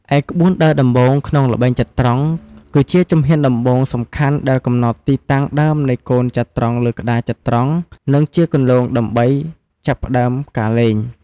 ឯ ក្បួនដើរដំបូង ក្នុងល្បែងចត្រង្គ គឺជាជំហានដំបូងសំខាន់ដែលកំណត់ទីតាំងដើមនៃកូនចត្រង្គលើក្ដារចត្រង្គ និងជាគន្លងដើម្បីចាប់ផ្តើមការលេង។